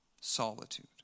solitude